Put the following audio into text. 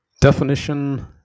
Definition